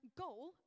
goal